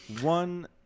One